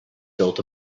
built